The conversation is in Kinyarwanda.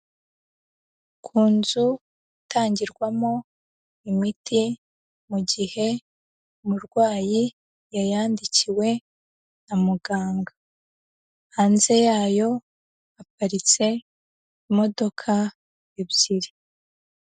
Ku nzu itangirwamo imiti mu gihe umurwayi yayandikiwe na muganga, hanze yayo haparitse imodoka ebyiri.